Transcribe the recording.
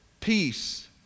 peace